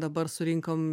dabar surinkom